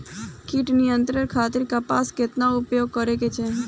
कीट नियंत्रण खातिर कपास केतना उपयोग करे के चाहीं?